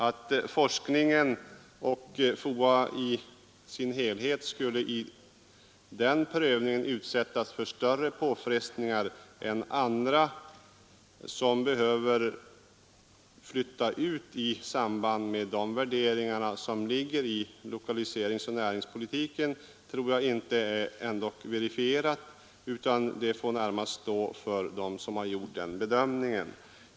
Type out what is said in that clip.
Att forskningen och FOA i sin helhet vid den prövningen skulle utsättas för större påfrestningar än andra som behöver flyttas ut enligt lokaliseringsoch näringspolitiska värderingar tror jag inte är verifierat, utan det får närmast stå för dem som gjort den bedömningen.